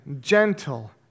gentle